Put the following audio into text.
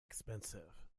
expensive